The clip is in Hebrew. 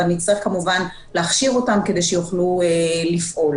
אבל נצטרך כמובן להכשיר אותם כדי שיוכלו לפעול.